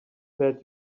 bet